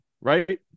right